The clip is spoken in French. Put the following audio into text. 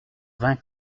vingt